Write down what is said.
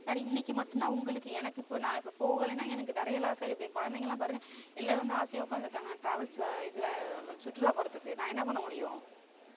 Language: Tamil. சார் இன்றைக்கு மட்டும்தான் உங்களுக்கு எனக்கு இப்போது நான் இப்போ போகலைன்னா எனக்கு நிறையா லாஸ் ஆயிடும் இப்போ என் குழந்தைங்க எல்லாம் பாருங்க எல்லோரும் வந்து ஆசையாக உட்காந்துருக்காங்க டிராவல்ஸில் இதில் சுற்றுலா போகிறதுக்கு நான் என்ன பண்ண முடியும்